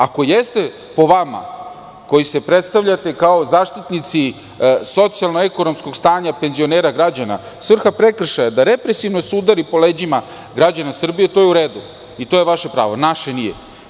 Ako jeste, po vama, koji se predstavljate kao zaštitnici socijalno-ekonomskog stanja penzionera građana, svrha prekršaja je da represivno se udari po leđima građana Srbije, to je u redu i to je vaše pravo, naše nije.